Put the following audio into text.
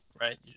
right